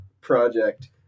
project